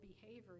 behavior